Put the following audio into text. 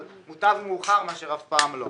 אבל מוטב מאוחר מאשר אף פעם לא.